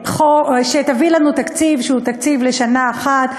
שתביא לנו תקציב שהוא תקציב לשנה אחת,